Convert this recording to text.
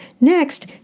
Next